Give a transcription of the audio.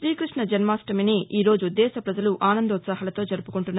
త్రీకృష్ణ జన్మాష్టమిని ఈ రోజు దేశ ప్రజలు ఆనందోత్సాహాలతో జరుపుకుంటున్నారు